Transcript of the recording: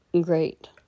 Great